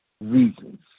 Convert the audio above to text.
reasons